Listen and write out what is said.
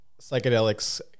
psychedelics